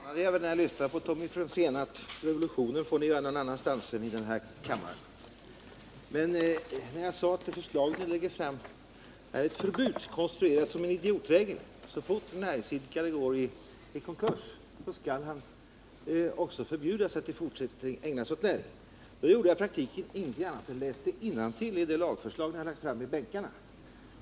Herr talman! Det anade jag väl när jag lyssnade på Tommy Franzén, att revolutionen får ni genomföra någon annanstans än i den här kammaren. Men när jag sade att det förslag ni lägger fram är ett förbud, konstruerat som en idiotregel — så fort en näringsidkare går i konkurs skall han också förbjudas att i fortsättningen ägna sig åt näringen — gjorde jag i praktiken intenting annat än läste innantill ur det lagförslag som ni har lagt fram och som finns utdelat i bänkarna.